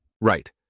Right